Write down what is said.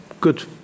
good